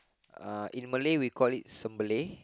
uh in Malay we call it sembelih